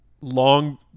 long